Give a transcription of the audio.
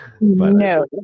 no